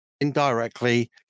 indirectly